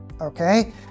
okay